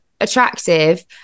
attractive